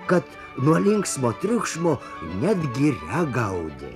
kad nuo linksmo triukšmo net giria gaudė